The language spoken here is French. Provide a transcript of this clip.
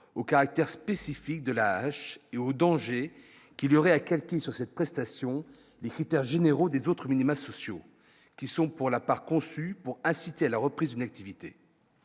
au caractère spécifique de la hache et au danger qu'il y aurait à quelqu'un sur cette prestation, les critères généraux des autres minima sociaux qui sont, pour la part, conçue pour inciter à la reprise, inactivité.